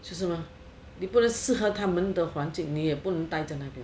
就是嘛你不能适合他们的环境你也不能呆在那边